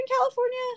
California